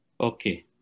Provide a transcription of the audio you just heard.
Okay